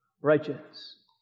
righteous